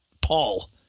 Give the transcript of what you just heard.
Paul